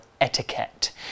etiquette